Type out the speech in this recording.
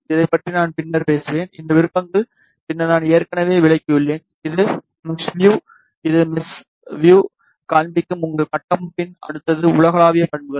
இதைப் பற்றி நான் பின்னர் பேசுவேன் இந்த விருப்பங்கள் பின்னர் நான் ஏற்கனவே விளக்கியுள்ளேன் இது மெஷ் விவ் இது மெஷ் விவ் காண்பிக்கும் உங்கள் கட்டமைப்பின் அடுத்தது உலகளாவிய பண்புகள்